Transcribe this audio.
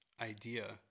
idea